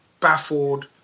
baffled